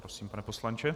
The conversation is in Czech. Prosím, pane poslanče.